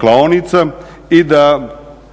klaonica i da